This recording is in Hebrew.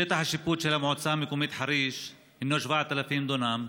שטח השיפוט של המועצה המקומית חריש הינו 7,000 דונם,